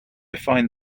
find